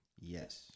Yes